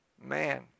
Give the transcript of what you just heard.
man